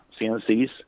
CNC's